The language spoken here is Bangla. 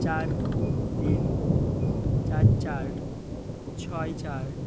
চার তিন চার চার ছয় চার